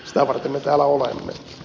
sitä varten me täällä olemme